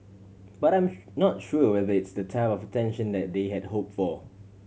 but I'm not sure whether it's the type of attention that they had hope for